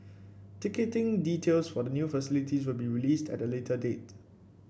ticketing details for the new facility will be released at a later date